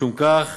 משום כך,